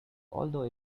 although